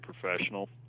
professional